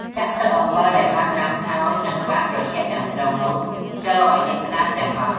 ចាក់ទឹកអំបិលដែលបានដាំហើយ និងបានត្រជាក់ទាំងស្រុងនោះចូលឲ្យលិចក្ដាមទាំងអស់។